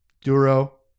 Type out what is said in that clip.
Duro